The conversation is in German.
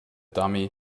dummy